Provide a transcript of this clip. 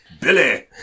Billy